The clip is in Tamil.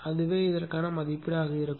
அதுவே இதற்கான மதிப்பீடாக இருக்கும்